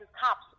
cops